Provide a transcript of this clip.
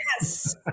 Yes